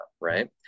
right